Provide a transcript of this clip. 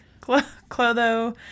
clotho